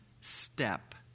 step